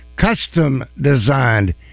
custom-designed